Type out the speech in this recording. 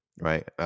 right